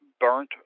burnt